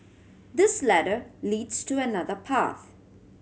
this ladder leads to another path